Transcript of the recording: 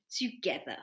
together